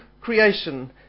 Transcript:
creation